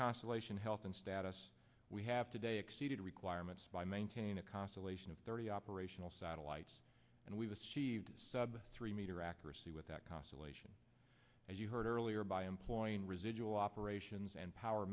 constellation health and status we have today exceeded requirements by maintain a constellation of thirty operational satellites and we've achieved sub three meter accuracy with that constellation as you heard earlier by employing residual operations and power